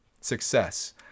success